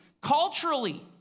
culturally